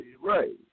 Right